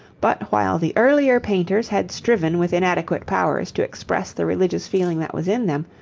but while the earlier painters had striven with inadequate powers to express the religious feeling that was in them,